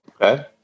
Okay